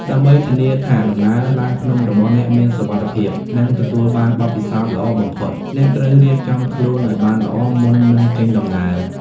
ដើម្បីធានាថាដំណើរឡើងភ្នំរបស់អ្នកមានសុវត្ថិភាព និងទទួលបានបទពិសោធន៍ល្អបំផុត អ្នកត្រូវរៀបចំខ្លួនឲ្យបានល្អមុននឹងចេញដំណើរ។